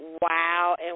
Wow